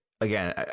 again